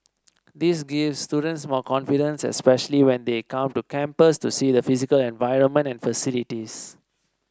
this gives students more confidence especially when they come to campus to see the physical environment and facilities